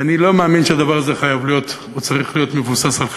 ואני לא מאמין שהדבר הזה חייב להיות או צריך להיות מבוסס על חמלה,